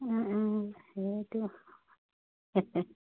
সেইটো